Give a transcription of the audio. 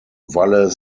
valle